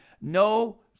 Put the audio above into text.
no